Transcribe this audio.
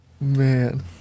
Man